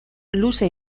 luze